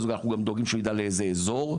ואנחנו גם דואגים שהוא ידע לאיזה אזור,